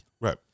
Right